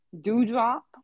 Dewdrop